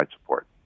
support